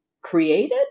created